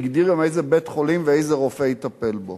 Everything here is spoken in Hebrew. והגדיר גם איזה בית-חולים ואיזה רופא יטפל בו.